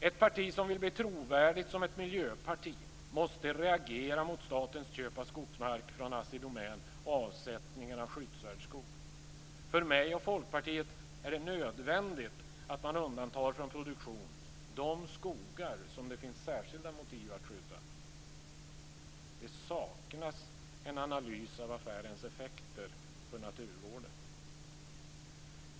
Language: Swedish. Ett parti som vill bli trovärdigt som ett miljöparti måste reagera mot statens köp av skogsmark från För mig och Folkpartiet är det nödvändigt att man undantar från produktion de skogar som det finns särskilda motiv att skydda. Det saknas en analys av affärens effekter för naturvården.